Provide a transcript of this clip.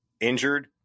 injured